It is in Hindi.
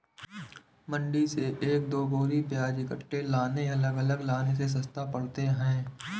मंडी से एक दो बोरी प्याज इकट्ठे लाने अलग अलग लाने से सस्ते पड़ते हैं